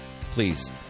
please